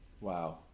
Wow